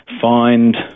find